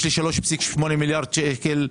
יש לי שם 3,8 מיליארד שקלים.